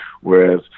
whereas